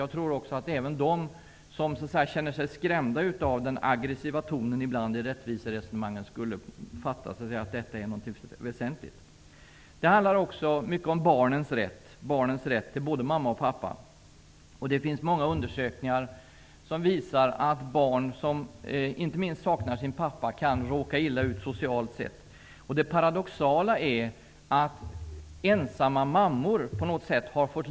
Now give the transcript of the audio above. Jag tror också att även de som känner sig skrämda av den ibland aggressiva tonen i rättviseresonemanget skulle förstå att kvaliteten är något väsentligt. Det här handlar också mycket om barnens rätt till både mamma och pappa. Det finns många undersökningar som visar att inte minst barn som saknar sin pappa kan råka illa ut socialt sett. Det paradoxala är att ensamma mammor har fått lida för detta.